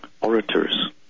orators